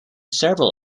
several